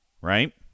Right